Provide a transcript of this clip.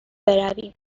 برویم